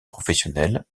professionnels